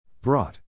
Brought